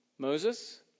Moses